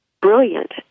brilliant